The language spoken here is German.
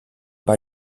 bei